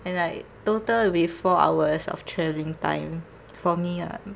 and like total will be four hours of travelling time for me ah